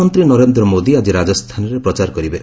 ପ୍ରଧାନମନ୍ତ୍ରୀ ନରେନ୍ଦ୍ର ମୋଦି ଆଜି ରାଜସ୍ଥାନରେ ପ୍ରଚାର କରିବେ